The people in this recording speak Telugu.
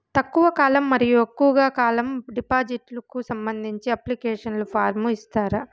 తక్కువ కాలం మరియు ఎక్కువగా కాలం డిపాజిట్లు కు సంబంధించిన అప్లికేషన్ ఫార్మ్ ఇస్తారా?